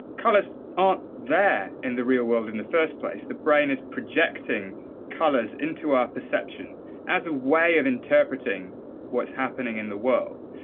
colors aren't there in the real world, in the first place. the brain is projecting colors into our perception as a way of interpreting what's happening in the world.